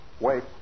Wait